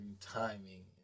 timing